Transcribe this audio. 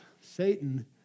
Satan